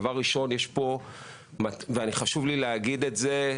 הדבר ראשון, וחשוב לי להגיד את זה,